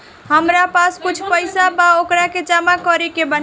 हमरा पास कुछ पईसा बा वोकरा के जमा करे के बा?